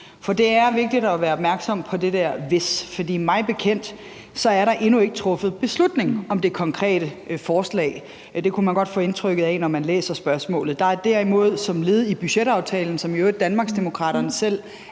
Det er vigtigt at være opmærksom på det der »hvis«. For mig bekendt er der endnu ikke truffet beslutning om det konkrete forslag. Det kunne man godt få indtrykket af, når man læser spørgsmålet. Der er derimod som led i budgetaftalen, som Danmarksdemokraterne i